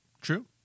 True